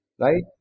Right